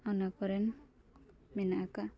ᱚᱱᱟᱠᱚᱨᱮ ᱢᱮᱱᱟᱜ ᱟᱠᱟᱫᱼᱟ